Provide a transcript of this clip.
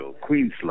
Queensland